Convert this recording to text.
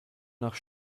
nach